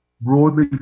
broadly